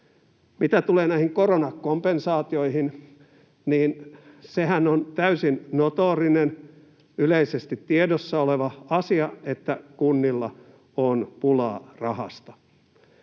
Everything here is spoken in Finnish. Mitä tulee näihin koronakompensaatioihin, niin sehän on täysin notoorinen, yleisesti tiedossa oleva asia, että kunnilla on pulaa rahasta.